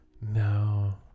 No